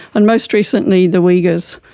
and most recently the uyghurs.